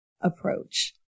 approach